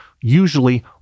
usually